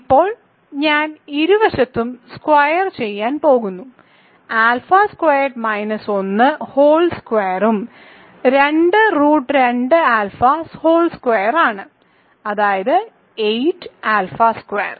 ഇപ്പോൾ ഞാൻ ഇരുവശത്തും സ്ക്വയേർ ചെയ്യാൻ പോകുന്നു ആൽഫ സ്ക്വയേർഡ് മൈനസ് 1 ഹോൾ സ്ക്വയറും 2 റൂട്ട് 2 ആൽഫ ഹോൾ സ്ക്വയറാണ് അതായത് 8 ആൽഫ സ്ക്വയർ